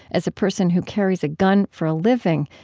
as a person who carries a gun for a living,